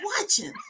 watching